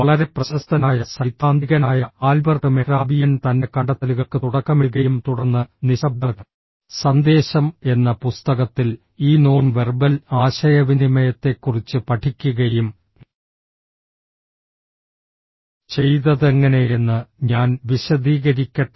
വളരെ പ്രശസ്തനായ സൈദ്ധാന്തികനായ ആൽബർട്ട് മെഹ്റാബിയൻ തന്റെ കണ്ടെത്തലുകൾക്ക് തുടക്കമിടുകയും തുടർന്ന് നിശബ്ദ സന്ദേശം എന്ന പുസ്തകത്തിൽ ഈ നോൺ വെർബൽ ആശയവിനിമയത്തെക്കുറിച്ച് പഠിക്കുകയും ചെയ്തതെങ്ങനെയെന്ന് ഞാൻ വിശദീകരിക്കട്ടെ